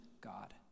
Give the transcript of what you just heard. God